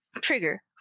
trigger